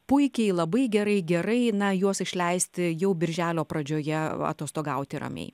puikiai labai gerai gerai na juos išleisti jau birželio pradžioje atostogauti ramiai